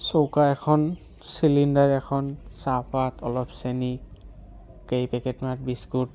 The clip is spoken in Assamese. চৌকা এখন চিলিণ্ডাৰ এখন চাহপাত অলপ চেনী কেইপেকেটমান বিস্কুট